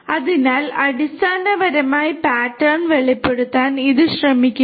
അതിനാൽ അടിസ്ഥാനപരമായി പാറ്റേൺ വെളിപ്പെടുത്താൻ ഇത് ശ്രമിക്കുന്നു